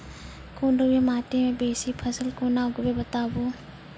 कूनू भी माटि मे बेसी फसल कूना उगैबै, बताबू?